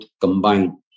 combined